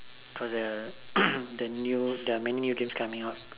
for the the new the many new games coming up